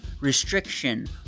restriction